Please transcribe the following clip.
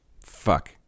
fuck